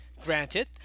Granted